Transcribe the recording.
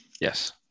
Yes